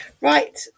Right